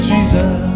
Jesus